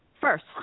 First